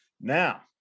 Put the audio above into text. now